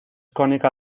cónica